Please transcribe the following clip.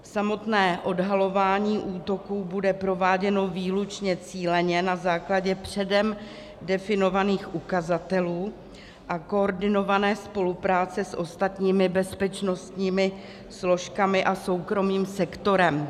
Samotné odhalování útoků bude prováděno výlučně cíleně, na základě předem definovaných ukazatelů a koordinované spolupráce s ostatními bezpečnostními složkami a soukromým sektorem.